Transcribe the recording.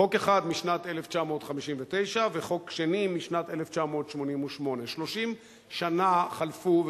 חוק אחד משנת 1959 וחוק שני משנת 1988. 30 שנה חלפו,